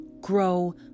grow